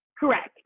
Correct